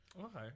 Okay